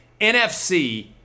NFC